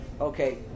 Okay